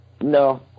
no